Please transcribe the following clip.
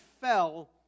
fell